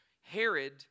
Herod